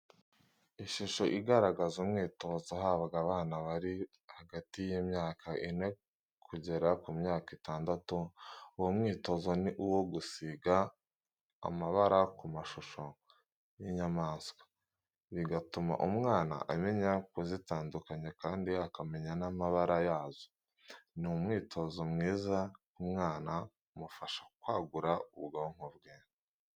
Ishusho igaragaza umwitozo uhabwa abana bari hagati y'imyaka ine kugera ku myaka itandatu, uwo mwitozo ni uwo gusiga amabara ku mashusho y'inyamaswa, bigatuma umwana amenya kuzitandukanya kandi akamenya n'amabara yazo. ni umwitozo mwiza ku mwana, umufasha kwagura ubwonko bwe.